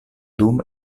dum